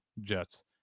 Jets